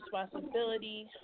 responsibility